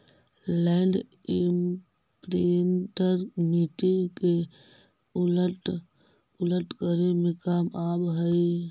land imprinter मिट्टी के उलट पुलट करे में काम आवऽ हई